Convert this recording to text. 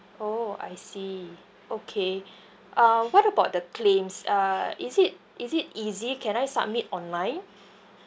oh I see okay uh what about the claims uh is it is it easy can I submit online